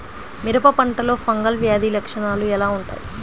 మిరప పంటలో ఫంగల్ వ్యాధి లక్షణాలు ఎలా వుంటాయి?